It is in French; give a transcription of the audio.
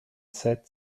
sept